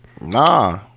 Nah